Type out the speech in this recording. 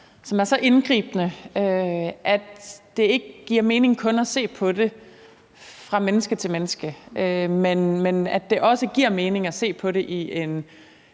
som er så indgribende, at det ikke giver mening kun at se på det fra menneske til menneske; det giver også mening at se på det i et